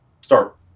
start